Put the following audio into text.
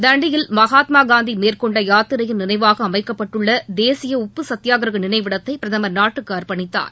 தண்டியில் மகாத்மாகாந்தி மேற்கொண்ட யாத்திரையின் நினைவாக அமைக்கப்பட்டுள்ள தேசிய உப்பு சத்தியாக்கிரக நினைவிடத்தை பிரதமர் நாட்டுக்கு அர்ப்பணித்தார்